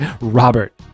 Robert